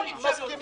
הכול אפשר להוסיף.